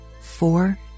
four